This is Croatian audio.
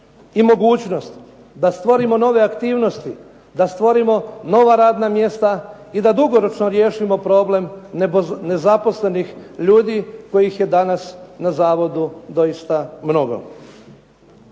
i mogućnost da stvorimo nove aktivnosti, da stvorimo radna mjesta i da dugoročno riješimo problem nezaposlenih ljudi kojih je danas na zavodu doista mnogo.